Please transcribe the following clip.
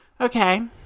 Okay